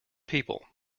people